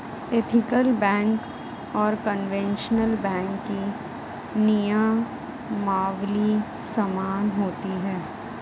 ethical bank और conventional bank की नियमावली समान होती है